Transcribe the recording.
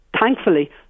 Thankfully